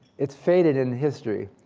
it's faded in history,